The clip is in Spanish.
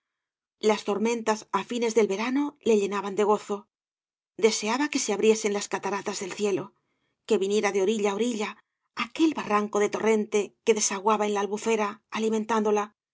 las tormentas á fiaes del verano le llenaban de gozo daseaba que se abriesen las cataratas del cielo que viniera de orilla á orilla aquel ba v blasco ibáñkz rracco de torrente que desaguaba en la albufera alimentándola que